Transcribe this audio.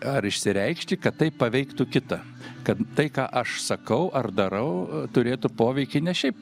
ar išsireikšti kad tai paveiktų kitą kad tai ką aš sakau ar darau turėtų poveikį ne šiaip